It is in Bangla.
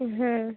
হ্যাঁ